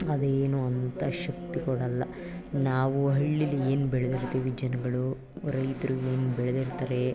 ಅದೇನು ಅಂತ ಶಕ್ತಿ ಕೊಡೋಲ್ಲ ನಾವು ಹಳ್ಳಿಲಿ ಏನು ಬೆಳೆದಿರ್ತೀವಿ ಜನಗಳು ರೈತರು ಏನು ಬೆಳೆದಿರ್ತಾರೆ